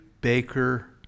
Baker